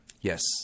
Yes